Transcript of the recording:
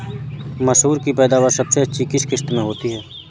मसूर की पैदावार सबसे अधिक किस किश्त में होती है?